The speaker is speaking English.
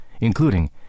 including